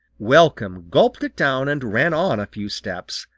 welcome gulped it down and ran on a few steps,